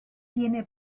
tiene